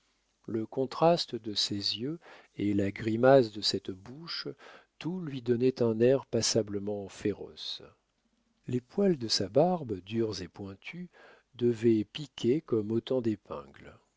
le contraste de ses yeux et la grimace de cette bouche tout lui donnait un air passablement féroce les poils de sa barbe durs et pointus devaient piquer comme autant d'épingles